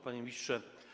Panie Ministrze!